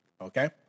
Okay